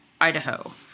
Idaho